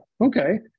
Okay